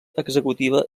executiva